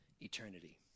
eternity